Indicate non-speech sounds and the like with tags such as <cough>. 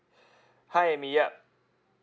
<breath> hi me yup